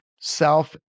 self